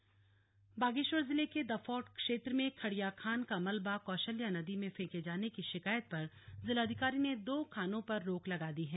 दो खानें बंद बागेश्वर जिले के दफौट क्षेत्र में खड़िया खान का मलबा कौशल्या नदी में फेंके जाने की शिकायत पर जिलाधिकारी ने दो खानों पर रोक लगा दी है